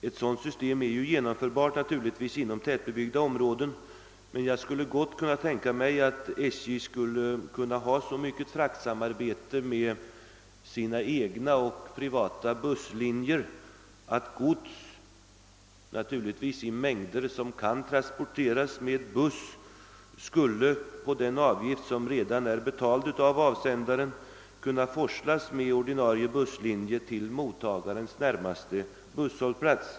Ett sådant system är lättast genomförbart inom tätbebyggda områden, men jag skulle kunna tänka mig att SJ hade så mycket fraktsamarbete med sina egna och privata busslinjer att gods — naturligtvis i mängder som kan transporteras med buss — skulle för den avgift som redan är betald av avsändaren kunna forslas med ordinarie busslinje till mottagarens närmaste busshållplats.